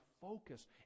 focus